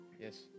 Yes